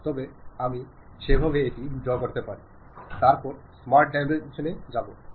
ഓരോ ആശയവിനിമയത്തിന്റെയും ലക്ഷ്യം ചില വിവരങ്ങൾ കൈമാറുക എന്നതാണ് ചിലത് മറ്റുള്ളവരെ മാനസിലാക്കിപ്പിക്കുക എന്നും കൂടിയുണ്ട്